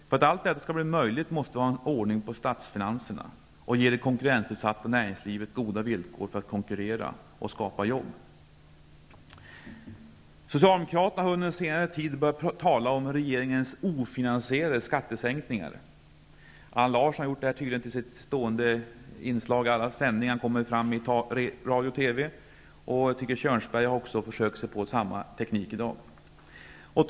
För att allt detta skall bli möjligt måste vi ha ordning på statsfinanserna och ge det konkurrensutsatta näringslivet goda villkor när det gäller att konkurrera och att skapa jobb. Socialdemokraterna har under senare tid börjat tala om regeringens ''ofinansierade skattesänkningar''. Beträffande Allan Larsson är det tydligen ett stående inslag i alla sändningar i radio och TV där han är med. Arne Kjörnsberg verkar försöka sig på samma teknik här i dag.